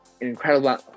incredible